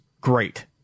great